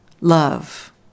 love